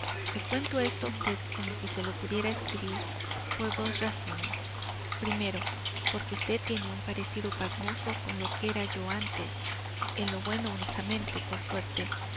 le cuento esto a usted como si se lo pudiera escribir por dos razones primero porque usted tiene un parecido pasmoso con lo que era yo entonces en lo bueno únicamente por suerte